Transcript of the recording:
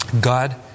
God